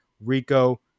Rico